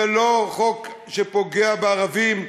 זה לא חוק שפוגע בערבים,